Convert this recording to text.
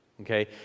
Okay